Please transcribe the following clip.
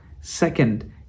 Second